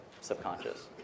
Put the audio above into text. subconscious